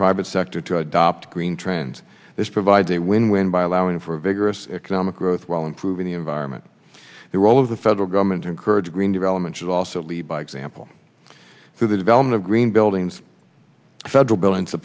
private sector to adopt green trend this provides a win win by allowing for vigorous economic growth while improving the environment the role of the federal government to encourage green development should also lead by example through the development of green buildings federal buildings the